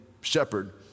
shepherd